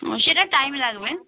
ও সেটা টাইম লাগবে